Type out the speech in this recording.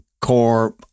Core